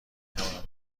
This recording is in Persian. توانم